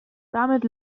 damit